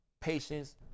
patience